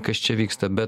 kas čia vyksta bet